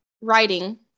writing